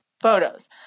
photos